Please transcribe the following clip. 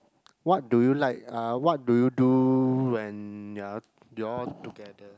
what do you like uh what do you do when uh you all together